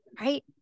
Right